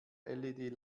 led